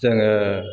जोङो